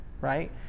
right